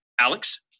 alex